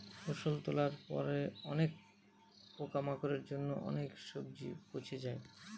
ফসল তোলার পরে অনেক পোকামাকড়ের জন্য অনেক সবজি পচে যায়